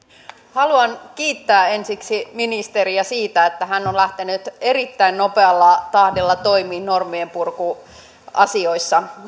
haluan kiittää ensiksi ministeriä siitä että hän on lähtenyt erittäin nopealla tahdilla toimiin normienpurkuasioissa